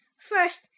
first